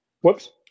whoops